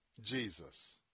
Jesus